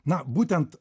na būtent